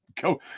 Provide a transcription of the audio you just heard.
Go